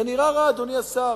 זה נראה רע, אדוני השר.